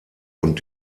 und